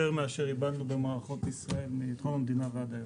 יותר מאשר איבדנו במערכות ישראל מקום המדינה ועד היום.